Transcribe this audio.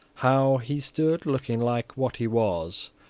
how he stood, looking like what he was,